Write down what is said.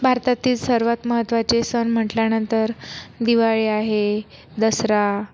भारतातील सर्वात महत्त्वाचे सण म्हटल्यानंतर दिवाळी आहे दसरा